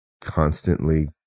constantly